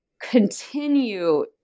continue